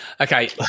Okay